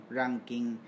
ranking